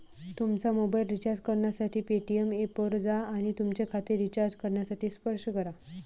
तुमचा mobile recharge करण्यासाठी Paytm ऐपवर जा आणि तुमचे खाते रिचार्ज करण्यासाठी स्पर्श करा